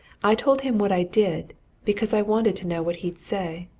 i told him what i did because i wanted to know what he'd say.